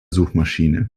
suchmaschine